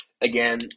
Again